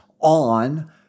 on